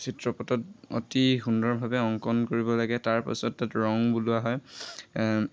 চিত্ৰপটত অতি সুন্দৰভাৱে অংকন কৰিব লাগে তাৰপাছত তাত ৰং বলোৱা হয়